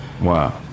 Wow